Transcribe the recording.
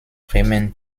bremen